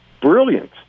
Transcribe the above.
brilliant